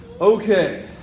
Okay